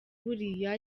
buriya